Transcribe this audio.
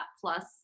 plus